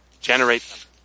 generate